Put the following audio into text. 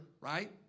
right